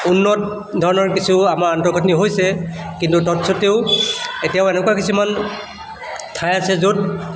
উন্নত ধৰণৰ কিছু আমাৰ আন্তঃগাঁথনি হৈছে কিন্তু তৎসত্ত্বেও এতিয়াও এনেকুৱা কিছুমান ঠাই আছে য'ত